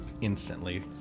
instantly